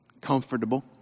comfortable